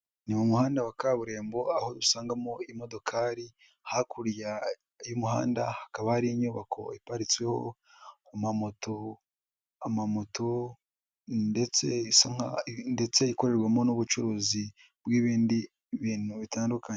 Ni mu muhanda wa kaburimbo aho usangamo imodokari, hakurya y'umuhanda hakaba ari inyubako iparitsweho amamoto, amamoto ndetse ikorerwamo n'ubucuruzi bw'ibindi bintu bitandukanye.